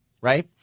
right